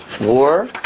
war